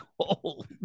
cold